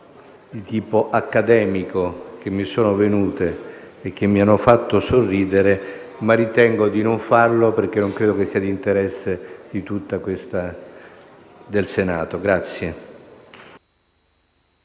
di tipo accademico che mi sono venute e che mi hanno fatto sorridere, ma ritengo di non farlo, perché non credo che sia di interesse del Senato.